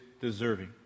deserving